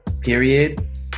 period